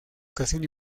educación